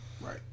right